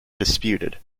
disputed